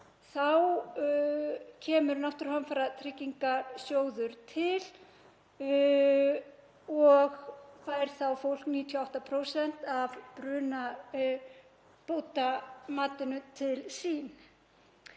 þá kemur náttúruhamfaratryggingarsjóður til og fær fólk þá 98% af brunabótamatinu til sín.